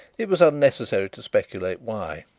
it was unnecessary to speculate why.